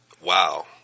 Wow